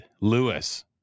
Lewis